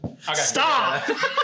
Stop